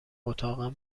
اتاقم